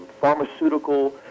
pharmaceutical